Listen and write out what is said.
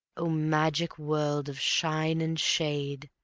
o magic world of shine and shade!